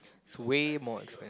it's way more expen~